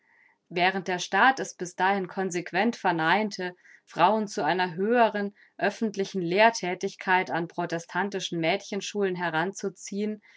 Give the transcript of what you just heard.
während der staat es bis dahin consequent verneinte frauen zu einer höheren öffentlichen lehrthätigkeit an protestantischen mädchenschulen heranzuziehen